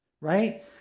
right